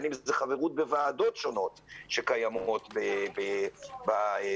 חברות בוועדות שונות שקיימות במכללות.